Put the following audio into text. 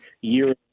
year